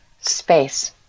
Space